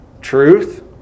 truth